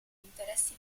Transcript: interessi